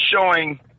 showing